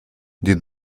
did